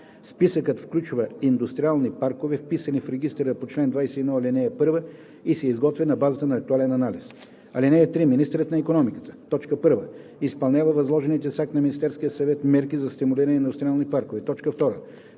списъкът включва индустриални паркове, вписани в регистъра по чл. 21, ал. 1, и се изготвя на базата на актуален анализ. (3) Министърът на икономиката: 1. изпълнява възложените с акт на Министерския съвет мерки за стимулиране на индустриални паркове; 2.